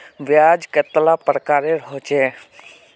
ब्याज कतेला प्रकारेर होचे?